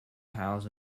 tiles